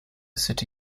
city